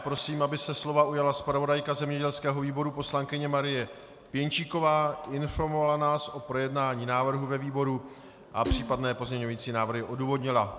Prosím, aby se slova ujala zpravodajka zemědělského výboru poslankyně Marie Pěnčíková, informovala nás o projednání návrhu ve výboru a případné pozměňovací návrhy odůvodnila.